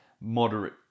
moderate